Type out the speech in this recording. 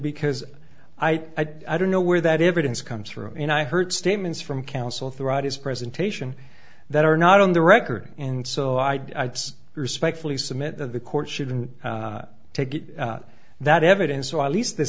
because i don't know where that evidence comes through and i heard statements from counsel throughout his presentation that are not on the record and so i'd respectfully submit that the court shouldn't take it that evidence or at least the